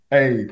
Hey